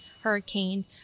hurricane